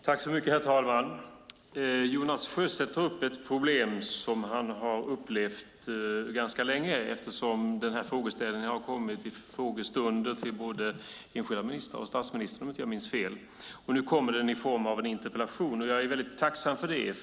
Herr talman! Jonas Sjöstedt tar upp ett problem som han har upplevt ganska länge eftersom frågeställningen har förekommit i frågestunder med både enskilda ministrar och statsministern, om jag inte minns fel. Nu kommer den i form av en interpellation. Jag är mycket tacksam för det.